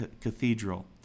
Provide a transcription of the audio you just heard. Cathedral